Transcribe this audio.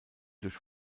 durch